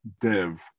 dev